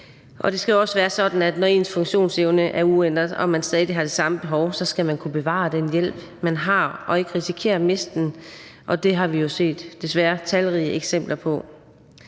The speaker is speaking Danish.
Og det skal jo også være sådan, at når ens funktionsevne er uændret og man stadig har det samme behov, skal man kunne bevare den hjælp, man har, og ikke risikere at miste den. Det har vi jo set, desværre, talrige eksempler på.